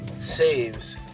saves